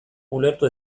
ulertu